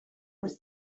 was